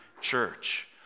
church